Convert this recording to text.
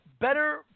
better